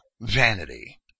vanity